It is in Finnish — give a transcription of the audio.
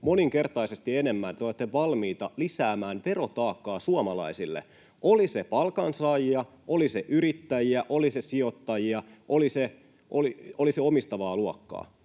moninkertaisesti enemmän te olette valmiita lisäämään verotaakkaa suomalaisille, olivat ne palkansaajia, olivat ne yrittäjiä, olivat ne sijoittajia, oli se omistavaa luokkaa.